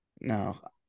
no